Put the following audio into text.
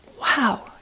wow